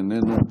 איננו,